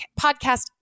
podcast